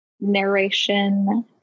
narration